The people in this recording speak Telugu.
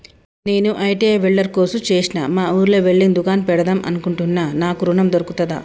నేను ఐ.టి.ఐ వెల్డర్ కోర్సు చేశ్న మా ఊర్లో వెల్డింగ్ దుకాన్ పెడదాం అనుకుంటున్నా నాకు ఋణం దొర్కుతదా?